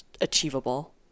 achievable